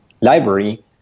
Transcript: library